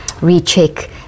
recheck